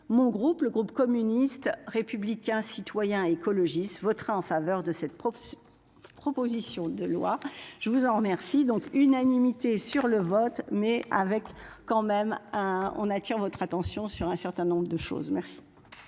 Mon groupe, le groupe communiste, républicain, citoyen et écologiste votera en faveur de cette. Proposition de loi. Je vous en remercie donc. Unanimité sur le vote mais avec quand même hein on attire votre attention sur un certain nombre de choses. Merci.